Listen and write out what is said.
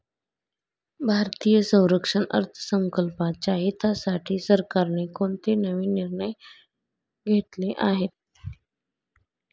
भारतीय संरक्षण अर्थसंकल्पाच्या हितासाठी सरकारने कोणते नवीन निर्णय घेतले आहेत?